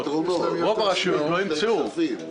רוב הרשויות לא ימצאו.